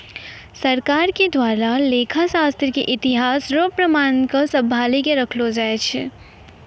सरकार के द्वारा लेखा शास्त्र के इतिहास रो प्रमाण क सम्भाली क रखलो जाय छै